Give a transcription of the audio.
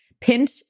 pinch